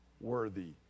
worthy